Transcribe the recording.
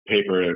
paper